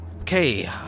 Okay